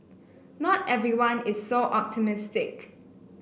not everyone is so optimistic